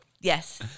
yes